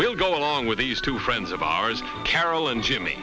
we'll go along with these two friends of ours carol and jimmy